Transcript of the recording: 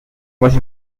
was